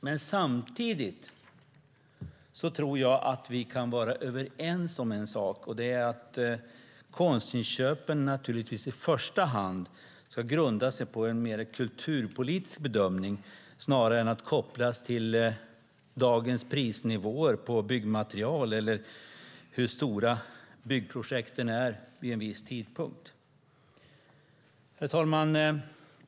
Men samtidigt tror jag att vi kan vara överens om att konstinköpen i första hand ska grunda sig på en mer kulturpolitisk bedömning snarare än att kopplas till dagens prisnivåer på byggmaterial eller hur stora byggprojekten är vid en viss tidpunkt. Herr talman!